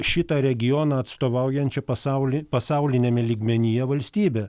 šitą regioną atstovaujančia pasauly pasauliniame lygmenyje valstybė